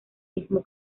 mismo